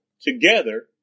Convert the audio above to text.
together